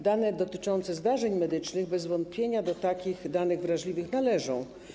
Dane dotyczące zdarzeń medycznych bez wątpienia do takich danych wrażliwych należą.